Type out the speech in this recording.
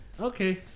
Okay